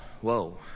Whoa